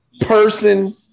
person